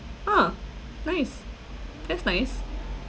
ah nice that's nice